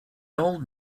old